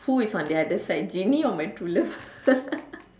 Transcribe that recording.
who is on the other side genie or my true love